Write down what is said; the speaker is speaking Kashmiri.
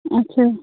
اَچھا